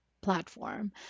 platform